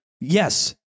yes